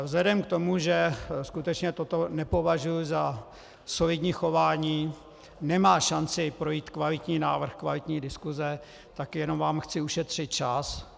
Vzhledem k tomu, že skutečně toto nepovažuji za solidní chování, nemá šanci projít kvalitní návrh, kvalitní diskuse, tak jenom vám chci ušetřit čas.